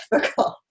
difficult